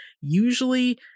usually